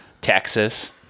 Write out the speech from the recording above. texas